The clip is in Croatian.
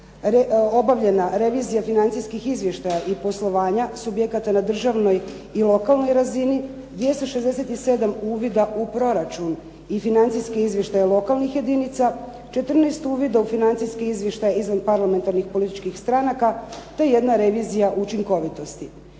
obavljena revizija financijskih izvještaja i poslovanja subjekata na državnoj i lokalnoj razini 267 uvida u proračun i financijskih izvještaja lokalnih jedinica, 14 uvida u financijski izvještaj izvanparlamentarnih političkih stranaka te jedna revizija učinkovitosti.